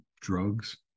drugs